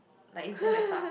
like it's damn F up